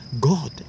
God